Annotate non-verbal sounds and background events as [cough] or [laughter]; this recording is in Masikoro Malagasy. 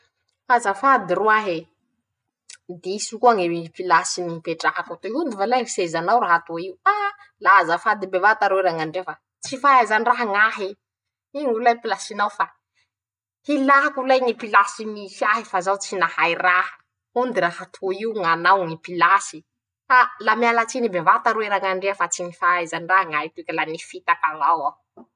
Azafady roahe, [shushes] diso koa ñy pilasy ñipetrahako toy, hondy va lahy sezanao raha toy io, hh la azafady bevata roe rañandria fa [shushes] tsy fahaizandraha ñahay, ingo rolahy pilasinao fa ilàko lahy ñy pilasy misy ahy fa zaho tsy nahay raha, ondy raha toy io ñanao ñy pilasy, aa la miala tsiny bevata roe rañandria fa ñy tsy fahaizandraha ngahy toy ka la nifitaky avao aho. [shushes]